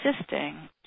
assisting